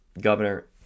governor